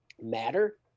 matter